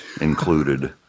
included